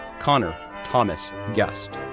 connor thomas guest,